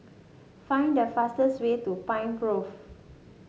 find the fastest way to Pine Grove